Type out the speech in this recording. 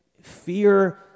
Fear